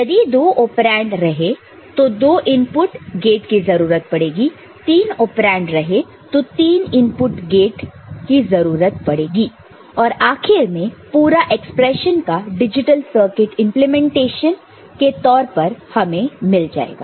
यदि दो आपरेंड रहे तो 2 इनपुट गेट की जरूरत पड़ेगी तीन आपरेंड रहे तो 3 इनपुट गेट की जरूरत पड़ेगी और आखिर में पूरा एक्सप्रेशन एक डिजिटल सर्किट इंप्लीमेंटेशन के तौर पर हमें मिल जाएगा